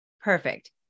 Perfect